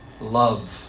love